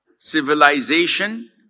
civilization